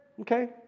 Okay